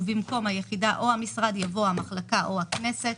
ובמקום היחידה או המשרד יבוא: המחלקה או הכנסת.